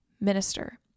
Minister